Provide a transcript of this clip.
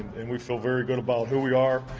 and we feel very good about who we are,